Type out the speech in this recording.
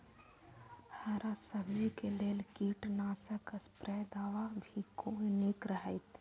हरा सब्जी के लेल कीट नाशक स्प्रै दवा भी कोन नीक रहैत?